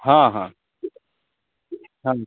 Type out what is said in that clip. हॅं हॅं हुँ